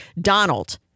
Donald